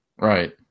right